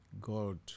God